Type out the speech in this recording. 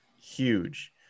huge